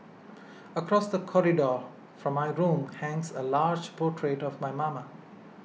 across the corridor from my room hangs a large portrait of my mama